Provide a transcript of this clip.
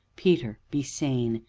peter be sane.